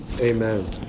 amen